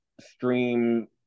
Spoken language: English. stream